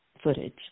footage